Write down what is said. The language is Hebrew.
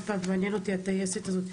עוד פעם מעניין אותי הטייסת הזאת.